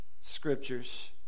scriptures